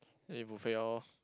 eat buffet lor